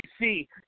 see